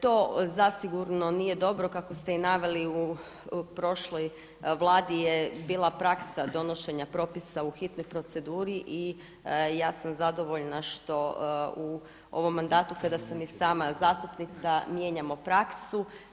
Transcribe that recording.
To zasigurno nije dobro kako ste i naveli u prošloj vladi bila praksa donošenja propisa u hitnoj proceduri i ja sam zadovoljna što u ovom mandatu kada sam i sama zastupnica mijenjamo praksu.